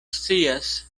scias